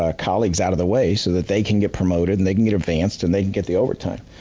ah colleagues out of the way so that they can get promoted and they can get advanced and they can get the overtime.